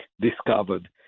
discovered